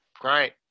Great